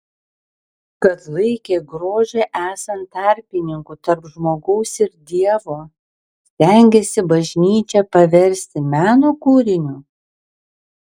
kad laikė grožį esant tarpininku tarp žmogaus ir dievo stengėsi bažnyčią paversti meno kūriniu